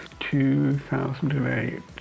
2008